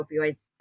opioids